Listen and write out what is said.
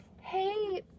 hey